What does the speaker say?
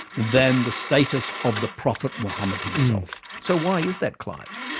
than the status of the prophet muhammad himself. so why is that clive?